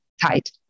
tight